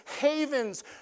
havens